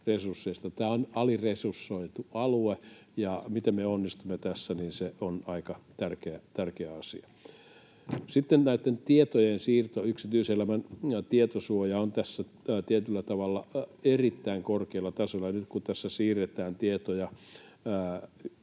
Tämä on aliresursoitu alue. Ja miten me onnistumme tässä, niin se on aika tärkeä asia. Näitten tietojen siirrossa yksityiselämän tietosuoja on tässä tietyllä tavalla erittäin korkealla tasolla. Nyt kun tässä siirretään tietoja, niin yksityisten